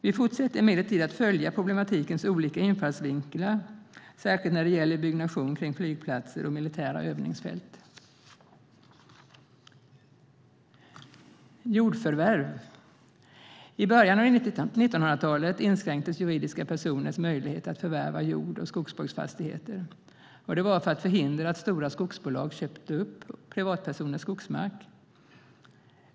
Vi fortsätter emellertid att följa problematikens olika infallsvinklar, särskilt när det gäller byggnation kring flygplatser och militära övningsfält. Jag går nu över till att tala om jordförvärv. I början av 1900-talet inskränktes juridiska personers möjlighet att förvärva jord och skogsbruksfastigheter. Det gjordes för att förhindra att stora skogsbolag köpte upp privatpersoners skogsmark.